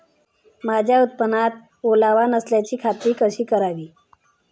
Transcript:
माझ्या उत्पादनात ओलावा नसल्याची खात्री कशी करावी?